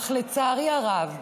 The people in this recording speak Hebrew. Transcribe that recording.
אך לצערי הרב,